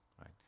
right